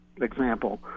example